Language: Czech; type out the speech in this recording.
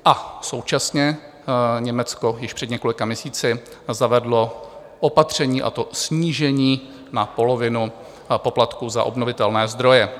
A současně Německo již před několika měsíci zavedlo opatření, a to snížení na polovinu poplatků za obnovitelné zdroje.